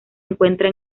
encuentra